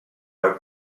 air